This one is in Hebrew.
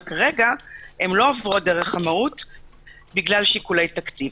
וכרגע זה לא כך בגלל שיקולי תקציב.